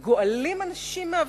שבהן לכאורה גואלים אנשים מאבטלה,